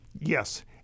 Yes